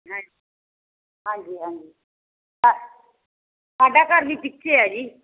ਹਾਂਜੀ ਹਾਂਜੀ ਸਾਡਾ ਘਰ ਵੀ ਪਿੱਛੇ ਆ ਜੀ ਹਾਂਜੀ